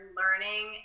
learning